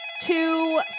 two